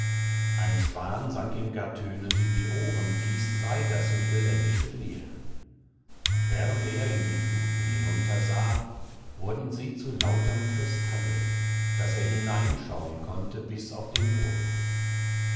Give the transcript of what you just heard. ein schwan sang ihm gar tönend in die ohren dies sei das mittelländische meer und während er in die fluten hinuntersah wurden sie zu lauterm kristalle daß er hinein schauen konnte bis auf den grund